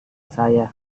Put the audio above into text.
saya